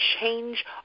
change